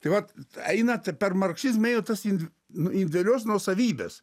tai vat eina t per marksizmą ėjo tas indi individualios nuosavybės